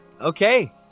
okay